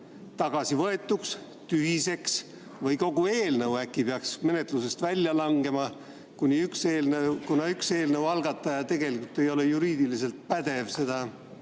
tagasivõetuks, tühiseks, või peaks äkki kogu eelnõu menetlusest välja langema, kuna üks eelnõu algataja tegelikult ei ole juriidiliselt pädev seda